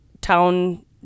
town